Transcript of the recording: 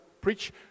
preach